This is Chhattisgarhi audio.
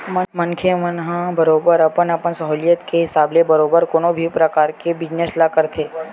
मनखे मन ह बरोबर अपन अपन सहूलियत के हिसाब ले बरोबर कोनो भी परकार के बिजनेस ल करथे